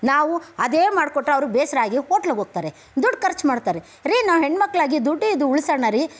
ನಾವು ಅದೇ ಮಾಡಿಕೊಟ್ರೆ ಅವ್ರ್ಗೆ ಬೇಸರ ಆಗಿ ಹೋಟ್ಲುಗೆ ಹೋಗ್ತಾರೆ ದುಡ್ಡು ಖರ್ಚು ಮಾಡ್ತಾರೆ ರೀ ನಾವು ಹೆಣ್ಮಕ್ಕಳಾಗಿ ದುಡ್ಡಿದು ಉಳಿಸೋಣ ರೀ